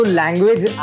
language